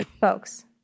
folks